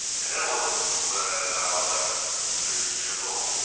and that was when i was like thirty years old.